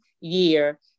year